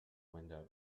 windows